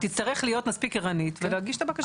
צריכה להיות מספיק ערנית ולהגיש את הבקשה.